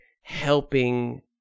helping